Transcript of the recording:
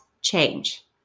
change